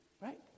right